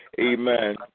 Amen